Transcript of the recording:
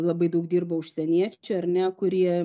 labai daug dirba užsieniečiai ar ne kurie